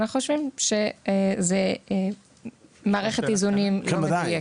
אנחנו חושבים שזו מערכת איזונים לא מדויקת.